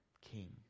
King